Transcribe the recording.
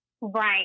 Right